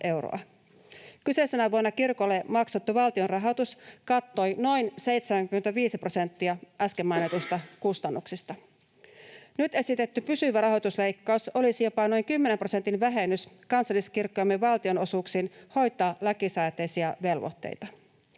Kyseisenä vuonna kirkolle maksettu valtionrahoitus kattoi noin 75 prosenttia äsken mainituista kustannuksista. Nyt esitetty pysyvä rahoitusleikkaus olisi jopa noin 10 prosentin vähennys kansalliskirkkojemme valtionosuuksiin hoitaa lakisääteisiä velvoitteita.